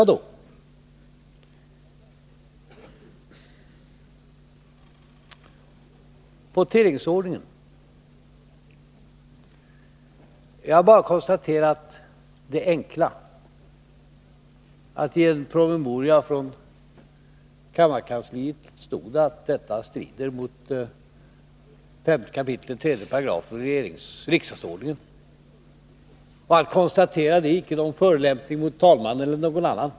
När det gäller voteringsordningen vill jag bara konstatera det enkla faktum att det i en promemoria från kammarkansliet stod att den diskuterade voteringsordningen strider mot 5 kap. 3 § riksdagsordningen. Att konstatera detta är ingen förolämpning mot talmannen eller någon annan.